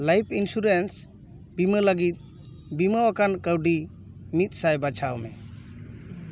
life insurance ᱵᱤᱢᱟᱹ ᱞᱟᱹᱜᱤᱫ ᱵᱤᱢᱟᱹᱣᱟᱠᱟᱱ ᱠᱟᱹᱣᱰᱤ ᱢᱤᱫᱥᱟᱭ ᱵᱟᱪᱷᱟᱣ ᱢᱮ